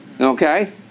okay